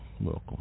Welcome